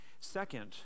Second